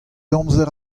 amzer